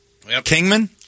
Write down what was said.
Kingman